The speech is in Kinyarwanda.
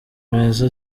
meza